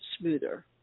smoother